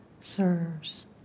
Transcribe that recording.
serves